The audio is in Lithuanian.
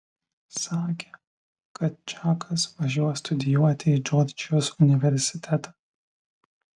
sakė kad čakas važiuos studijuoti į džordžijos universitetą